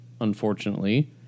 Unfortunately